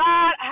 God